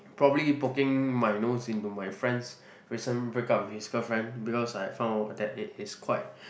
probably poking my nose into my friend's recent breakup with his girlfriend because I found out that it is quite